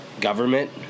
Government